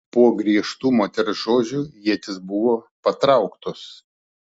po griežtų moters žodžių ietys buvo patrauktos